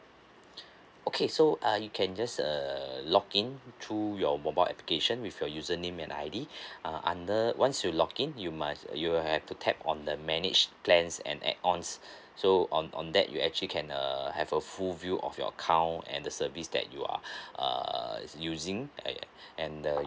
okay so uh you can just err log in through your mobile application with your username and I_D uh under once you log in you must uh you will have to tap on the manage plans and add ons so on on that you actually can err have a full view of your account and the service that you are uh using and and the